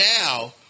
now